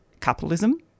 capitalism